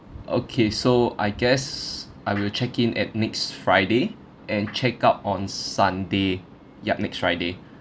okay so I guess I will check in at next friday and check out on sunday yup next friday